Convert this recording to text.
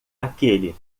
aquele